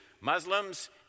...Muslims